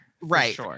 Right